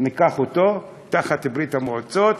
ניקח אותו תחת ברית המועצות,